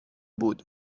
بود